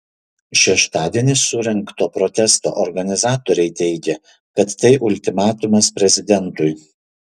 šeštadienį surengto protesto organizatoriai teigė kad tai ultimatumas prezidentui